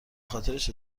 خاطرش